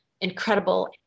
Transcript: Incredible